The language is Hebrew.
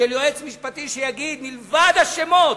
של יועץ משפטי שיגיד, מלבד השמות,